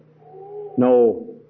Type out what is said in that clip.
No